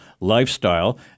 lifestyle